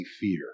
fear